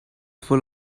full